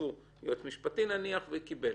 נניח שהיועץ המשפטי קיבל.